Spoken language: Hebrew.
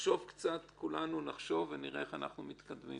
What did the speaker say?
נחשוב קצת כולנו ונראה איך אנחנו מתקדמים